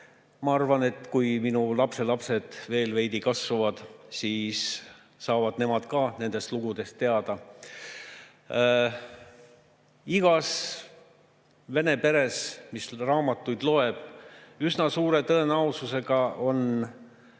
Ma arvan, et kui minu lapselapsed veel veidi kasvavad, siis saavad nemad ka nendest lugudest teada. Igas vene peres, kus raamatuid loetakse, on üsna suure tõenäosusega Oskar